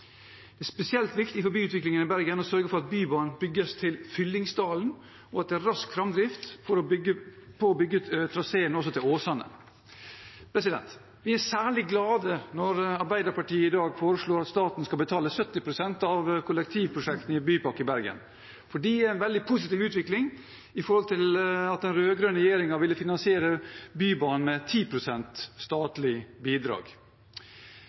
Det er spesielt viktig for byutviklingen i Bergen å sørge for at Bybanen bygges til Fyllingsdalen, og at det er rask framdrift for å bygge ut traseen også til Åsane. Vi er særlig glade for at Arbeiderpartiet i dag foreslår at staten skal betale 70 pst. av kollektivprosjektene i Bypakke Bergen. De er i en veldig positiv utvikling, i forhold til at den rød-grønne regjeringen ville ha 10 pst. statlig finansiering av Bybanen.